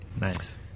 Nice